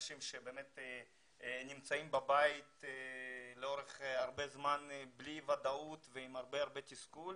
אנשים שנמצאים בבית לאורך הרבה זמן בלי ודאות ועם הרבה תסכול.